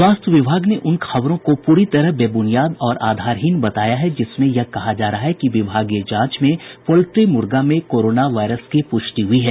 स्वास्थ्य विभाग ने उन खबरों को पूरी तरह बेब्रनियाद और आधारहीन बताया है जिसमें यह कहा जा रहा है कि विभागीय जांच में पोल्ट्री मुर्गी में कोरोना वायरस की पुष्टि हुई है